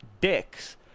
dicks